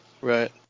Right